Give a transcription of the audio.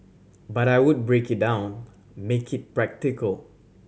but I would break it down make it practical